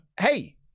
Hey